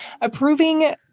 approving